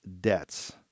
debts